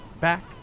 back